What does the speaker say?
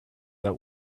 out